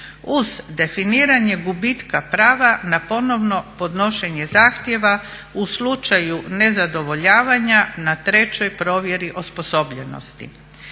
uz definiranje gubitka prava na ponovno podnošenje zahtjeva u slučaju nezadovoljavanja na trećoj provjeri osposobljenosti.